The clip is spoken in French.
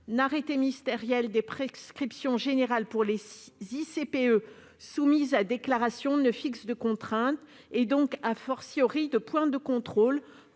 arrêté ministériel des prescriptions générales pour les ICPE soumises à déclaration ne fixait de contrainte et, donc,, de points de contrôle